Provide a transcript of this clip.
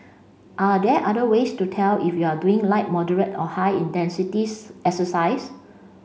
are there other ways to tell if you are doing light moderate or high intensities exercise